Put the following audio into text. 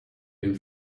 den